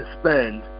spend